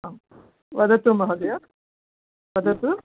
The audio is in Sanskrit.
वदतु महोदय वदतु